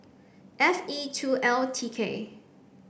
F E two L T K